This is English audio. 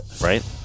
Right